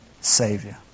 Savior